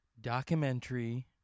documentary